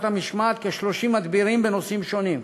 המשמעת כ-30 מדבירים בנושאים שונים: